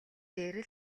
дээр